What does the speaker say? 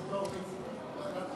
חבר הכנסת הורוביץ, ועדה חקיקה